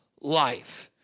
life